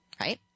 right